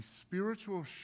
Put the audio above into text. spiritual